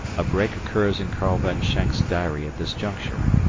a break occurs in karl von schenk's diary at this juncture.